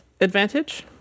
advantage